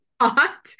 hot